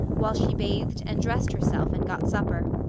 while she bathed and dressed herself and got supper.